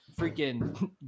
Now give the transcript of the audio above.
freaking